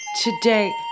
Today